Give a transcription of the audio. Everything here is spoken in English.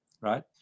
right